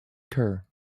kerr